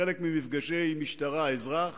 חלק ממפגשי המשטרה-אזרח